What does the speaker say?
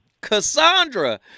cassandra